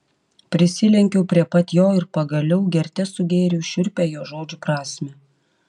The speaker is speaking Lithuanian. prisilenkiau prie pat jo ir pagaliau gerte sugėriau šiurpią jo žodžių prasmę